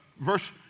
verse